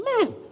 man